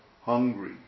hungry